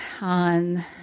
on